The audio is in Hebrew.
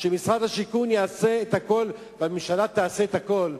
שמשרד השיכון יעשה את הכול והממשלה תעשה את הכול,